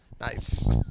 Nice